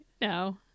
no